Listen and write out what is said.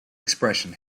expression